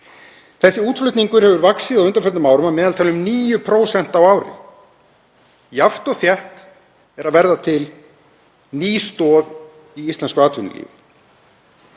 Þessi útflutningur hefur vaxið á undanförnum árum að meðaltali um 9% á ári. Jafnt og þétt er að verða til ný stoð í íslensku atvinnulífi.